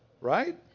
right